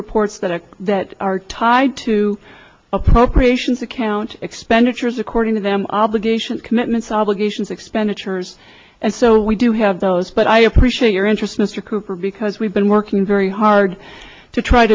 reports that are that are tied to appropriations account expenditures according to them obligations commitments obligations expenditures and so we do have those but i appreciate your interest mr cooper because we've been working very hard to try